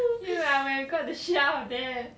I would have got the shit out of there